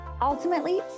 ultimately